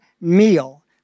meal